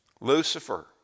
Lucifer